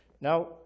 Now